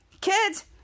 kids